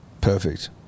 Perfect